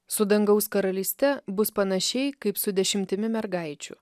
su dangaus karalyste bus panašiai kaip su dešimtimi mergaičių